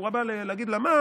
הוא בא להגיד לה: מה,